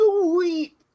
sweet